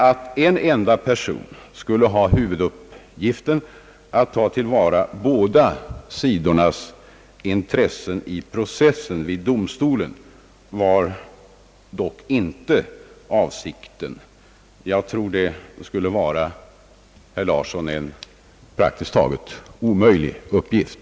Att en enda person skulle ha som huvuduppgift att tillvarata båda sidornas intressen i processen vid domstolen var dock inte avsikten. Jag tror, herr Larsson, att detta skulle vara en praktiskt taget omöjlig uppgift.